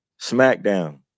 SmackDown